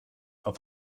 auf